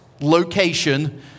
location